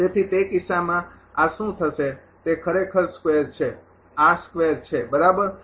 તેથી તે કિસ્સામાં આ શું થશે તે ખરેખર સ્કેવર છે આ સ્કેવર છે બરાબર